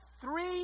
three